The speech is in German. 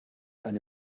eine